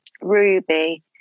Ruby